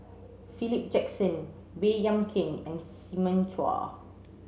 Philip Jackson Baey Yam Keng and Simon Chua